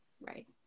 Right